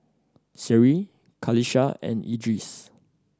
Seri Qalisha and Idris